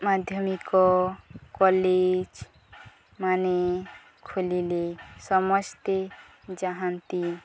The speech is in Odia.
ମାଧ୍ୟମିକ କଲେଜ ମାନେ ଖୋଲିଲେ ସମସ୍ତେ ଯାଆନ୍ତି